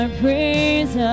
praise